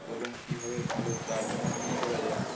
এবং কীভাবে ভালো জাত নির্ণয় করা যায়